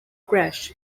crash